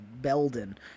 Belden